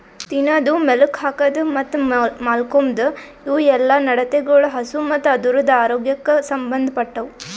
ತಿನದು, ಮೇಲುಕ್ ಹಾಕದ್ ಮತ್ತ್ ಮಾಲ್ಕೋಮ್ದ್ ಇವುಯೆಲ್ಲ ನಡತೆಗೊಳ್ ಹಸು ಮತ್ತ್ ಅದುರದ್ ಆರೋಗ್ಯಕ್ ಸಂಬಂದ್ ಪಟ್ಟವು